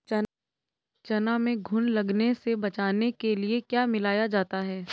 चना में घुन लगने से बचाने के लिए क्या मिलाया जाता है?